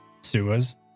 sewers